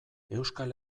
euskal